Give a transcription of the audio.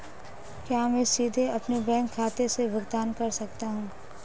क्या मैं सीधे अपने बैंक खाते से भुगतान कर सकता हूं?